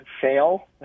fail